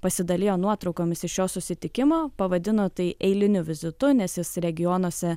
pasidalijo nuotraukomis iš šio susitikimo pavadino tai eiliniu vizitu nes jis regionuose